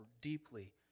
deeply